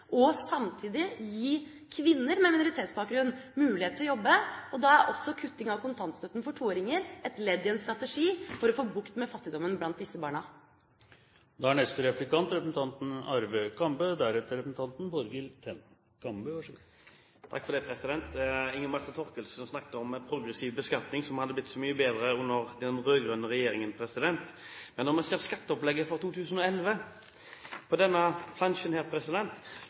mulighet til å jobbe. Da er også kutting av kontantstøtten for toåringer et ledd i en strategi for å få bukt med fattigdommen blant disse barna. Inga Marte Thorkildsen snakket om progressiv beskatning som hadde blitt så mye bedre under den rød-grønne regjeringen. Men når man ser skatteopplegget for 2011 på denne plansjen som jeg har her,